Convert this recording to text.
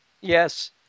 yes